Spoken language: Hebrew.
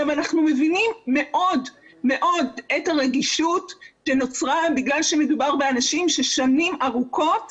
אנחנו מבינים מאוד את הרגישות שנוצרה בגלל שמדובר באנשים ששנים ארוכות